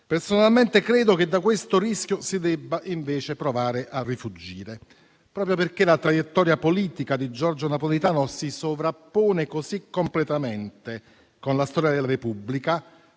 Personalmente credo che da questo rischio si debba invece provare a rifuggire. Proprio perché la traiettoria politica di Giorgio Napolitano si sovrappone così completamente con la storia della Repubblica,